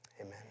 Amen